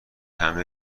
همه